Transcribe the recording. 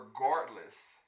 regardless